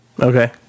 Okay